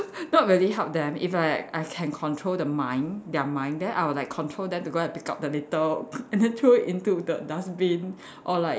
not really help them if I like I can control the mind their mind then I will like control them to go and pick up the litter and then throw it into the dustbin or like